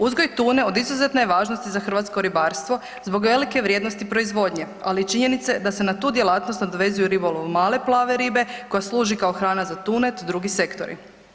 Uzgoj tune od izuzetne je važnosti za hrvatsko ribarstvo zbog velike vrijednosti proizvodnje, ali i činjenice da se na tu djelatnost nadovezuju ribolov male plave ribe koja služi kao hrana za tune, te drugi sektori.